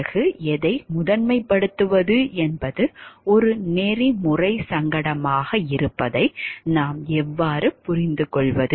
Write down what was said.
பிறகு எதை முதன்மைப்படுத்துவது என்பது ஒரு நெறிமுறை சங்கடமாக இருப்பதை நாம் எவ்வாறு புரிந்துகொள்வது